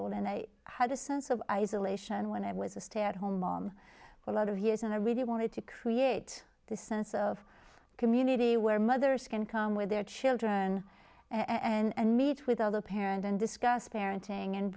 old and i had a sense of isolation when i was a stay at home mom a lot of years and i really wanted to create this sense of community where mothers can come with their children and meet with other parents and discuss parenting and